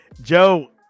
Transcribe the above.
Joe